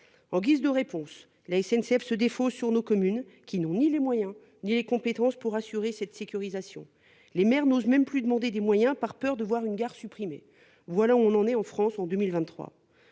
En guise de réponse, la SNCF se défausse sur nos communes, qui n'ont ni les moyens ni les compétences pour assurer cette sécurisation. Les maires n'osent même plus demander des moyens par peur de voir une gare supprimée ... Voilà où nous en sommes en France en 2023